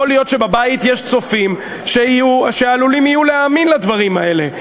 יכול להיות שבבית יש צופים שעלולים יהיו להאמין לדברים האלה,